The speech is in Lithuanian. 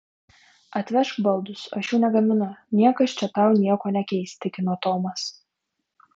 atvežk baldus aš jų negaminu niekas čia tau nieko nekeis tikino tomas